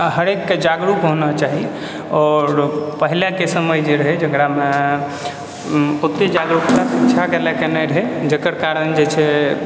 अऽ हरेक जागरूक होना चाही आओर पहिले कऽ समय जे रहै जकरामे ओते जागरुकता शिक्षाके लअके नहि रहै कारण जे छै